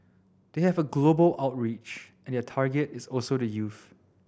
they have a global outreach and their target is also the youth